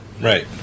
Right